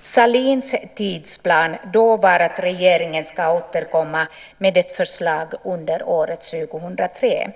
Sahlins tidsplan då var att regeringen skulle återkomma med ett förslag under år 2003.